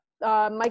Mike